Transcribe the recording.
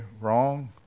wrong